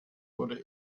wurde